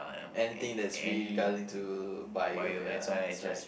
anything that's really regarding to Bio ya that's right